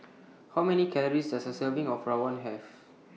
How Many Calories Does A Serving of Rawon Have